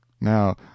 Now